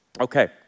Okay